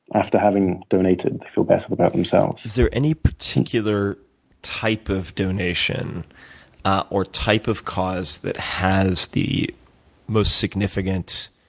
after having donated, they feel better about themselves. is there any particular type of donation or type of cause that has the most significant